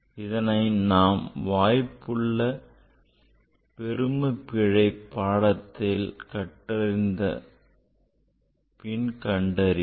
இதனை நாம் வாய்ப்புள்ள பெரும பிழை பாடத்தைக் கற்றறிந்த பின் கண்டறிவோம்